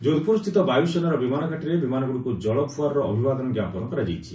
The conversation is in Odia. ଯୋଧପୁରସ୍ଥିତ ବାୟୁସେନାର ବିମାନଘାଟିରେ ବିମାନଗୁଡ଼ିକୁ ଜଳ ଫୁଆର୍ର ଅଭିବାଦନ ଜ୍ଞାପନ କରାଯାଇଛି